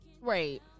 Right